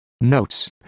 Notes